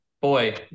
boy